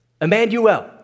Emmanuel